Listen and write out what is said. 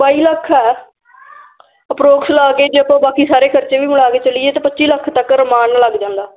ਬਾਈ ਲੱਖ ਹੈ ਅਪਰੋਕਸ ਲਾ ਕੇ ਜੇ ਆਪਾਂ ਬਾਕੀ ਸਾਰੇ ਖਰਚੇ ਵੀ ਮਿਲਾ ਕੇ ਚੱਲੀਏ ਤਾਂ ਪੱਚੀ ਲੱਖ ਤੱਕ ਅਰਮਾਨ ਨਾਲ ਲੱਗ ਜਾਂਦਾ